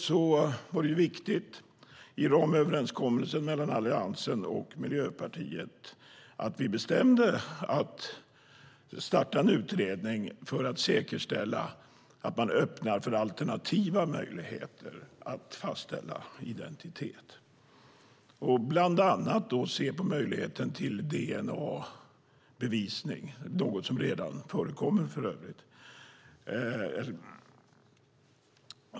I ramöverenskommelsen mellan Alliansen och Miljöpartiet var det viktigt att vi beslutade att starta en utredning för att säkerställa en öppning för alternativa möjligheter att fastställa identitet. Bland annat är det fråga om att se på dna-bevisning. Det är för övrigt något som redan förekommer.